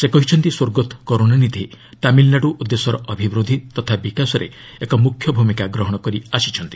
ସେ କହିଛନ୍ତି ସ୍ୱର୍ଗତ କରୁଣାନିଧି ତାମିଲ୍ନାଡୁ ଓ ଦେଶର ଅଭିବୃଦ୍ଧି ତଥା ବିକାଶରେ ଏକ ମୁଖ୍ୟ ଭୂମିକା ଗ୍ରହଣ କରିଆସିଛନ୍ତି